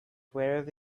wherever